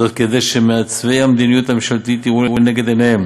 כדי שמעצבי המדיניות הממשלתית יראו לנגד עיניהם